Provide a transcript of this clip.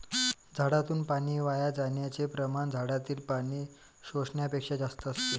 झाडातून पाणी वाया जाण्याचे प्रमाण झाडातील पाणी शोषण्यापेक्षा जास्त असते